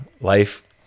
life